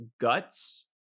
Guts